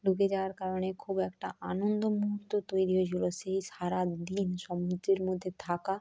ঢুকে যাওয়ার কারণে খুব একটা আনন্দ মুহুর্ত তৈরি হয়েছিলো সেই সারা দিন সমুদ্রের মধ্যে থাকা